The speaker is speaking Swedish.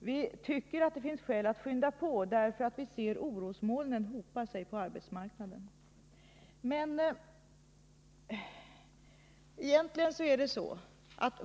Det finns skäl att skynda på; vi ser orosmolnen hopa sig på arbetsmarknadens himmel.